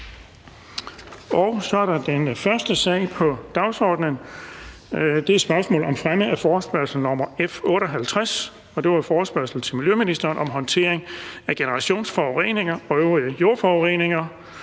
at regne. --- Det første punkt på dagsordenen er: 1) Spørgsmål om fremme af forespørgsel nr. F 58: Forespørgsel til miljøministeren om håndtering af generationsforureninger og øvrige jordforureninger.